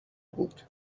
بود